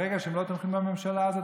ברגע שהם לא תומכים בממשלה הזאת,